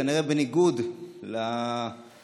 כנראה בניגוד לתקשי"ר,